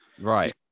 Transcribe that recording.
Right